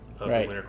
Right